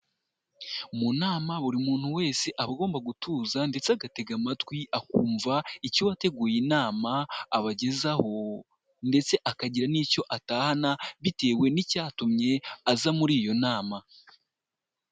Mu nama buri muntu wese aba agomba gutuza ndetse agatega amatwi, akumva icyo uwateguye inama abagezaho ndetse akagira n'icyo atahana bitewe n'icyatumye aza muri iyo nama.